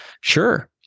Sure